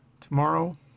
Tomorrow